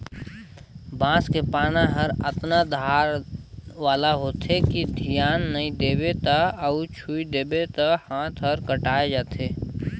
बांस के पाना हर अतना धार वाला होथे कि धियान नई देबे त अउ छूइ देबे त हात हर कटाय जाथे